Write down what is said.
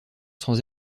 sans